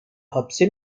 hapse